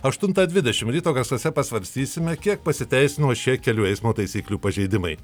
aštuntą dvidešimt ryto garsuose pasvarstysime kiek pasiteisino šie kelių eismo taisyklių pažeidimai